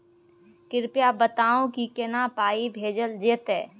कृपया बताऊ की केना पाई भेजल जेतै?